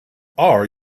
are